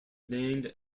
named